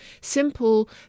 simple